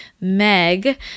Meg